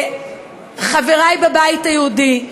חברי בבית היהודי,